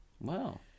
Wow